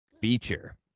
feature